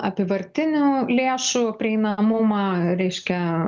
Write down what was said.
apyvartinių lėšų prieinamumą reiškia